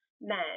men